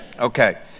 Okay